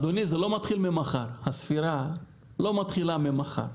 אדוני, הספירה לא מתחילה ממחר.